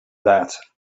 that